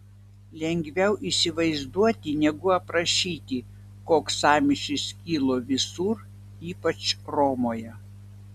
lengviau įsivaizduoti negu aprašyti koks sąmyšis kilo visur ypač romoje